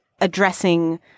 addressing